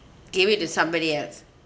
give it to somebody else